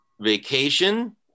vacation